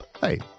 Hey